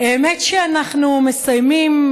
האמת היא שאנחנו מסיימים,